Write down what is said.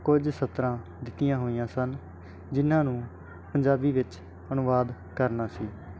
ਕੁਝ ਸਤਰਾਂ ਦਿੱਤੀਆਂ ਹੋਈਆਂ ਸਨ ਜਿਨ੍ਹਾਂ ਨੂੰ ਪੰਜਾਬੀ ਵਿੱਚ ਅਨੁਵਾਦ ਕਰਨਾ ਸੀ